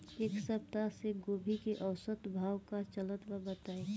एक सप्ताह से गोभी के औसत भाव का चलत बा बताई?